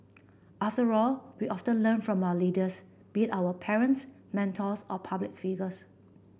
after all we often learn from our leaders be our parents mentors or public figures